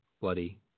bloody